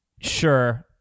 Sure